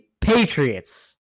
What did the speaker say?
Patriots